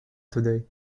today